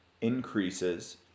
increases